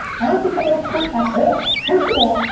i don't think i'm an expert at all. first of all,